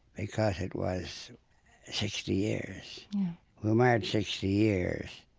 because it was sixty years. we were married sixty years.